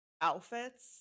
outfits